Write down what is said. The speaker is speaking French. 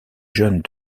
jeunes